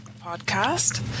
podcast